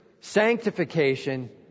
sanctification